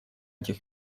этих